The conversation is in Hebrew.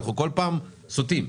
אנחנו כל פעם סוטים.